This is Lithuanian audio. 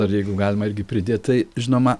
dar jeigu galima irgi pridėt tai žinoma